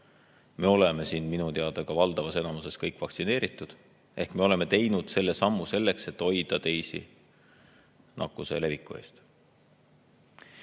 Me oleme siin minu teada ka valdavas enamuses kõik vaktsineeritud, ehk me oleme teinud selle sammu selleks, et hoida teisi nakkuse leviku